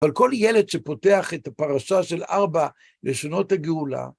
אבל כל ילד שפותח את הפרשה של ארבע לשונות הגאולה